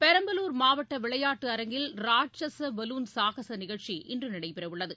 பெரம்பலூர் மாவட்ட விளையாட்டு அரங்கில் ராட்ஷச பலூன் சாகச நிகழ்ச்சி இன்று நடைபெறவுள்ளது